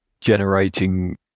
generating